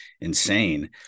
insane